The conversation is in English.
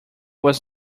was